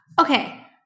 Okay